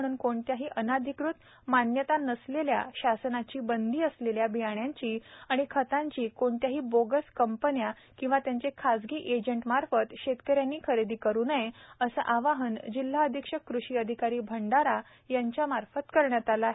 म्हणून कोणत्याही अनधिकृत मान्यता नसलेल्या शासनाची बंदी असलेल्या बियाण्यांची व खतांची कोणत्याही बोगस कंपन्या किंवा त्यांचे खाजगी एजंट मार्फत शेतकऱ्यांनी खरेदी करू नये असे आवाहन जिल्हा अधिक्षक कृषि अधिकारी भंडारा हिंदुराव चव्हाण यांनी केले आहे